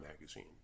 Magazine